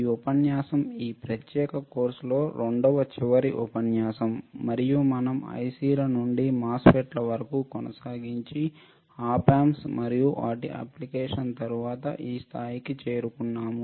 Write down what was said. ఈ ఉపన్యాసం ఈ ప్రత్యేకమైన కోర్సు లో రెండవ చివరి ఉపన్యాసం మరియు మనం IC ల నుండి MOSFET ల వరకు కొనసాగించి ఆప్ ఆంప్స్ మరియు వాటి అప్లికేషన్ తరువాత ఈ స్థాయికి చేరుకున్నాము